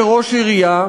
כראש עירייה,